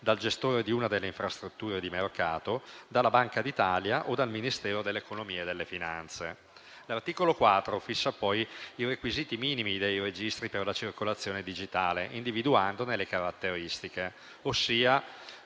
dal gestore di una delle infrastrutture di mercato, dalla Banca d'Italia o dal Ministero dell'economia e delle finanze. L'articolo 4 fissa i requisiti minimi dei registri per la circolazione digitale, individuandone le caratteristiche; si